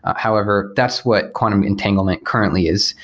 however, that's what quantum entanglement currently is.